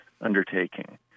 undertaking